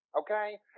Okay